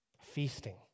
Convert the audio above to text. feasting